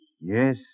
Yes